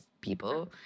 people